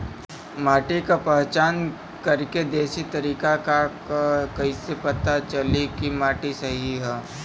माटी क पहचान करके देशी तरीका का ह कईसे पता चली कि माटी सही ह?